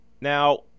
Now